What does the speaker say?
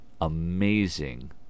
amazing